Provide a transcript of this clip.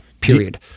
period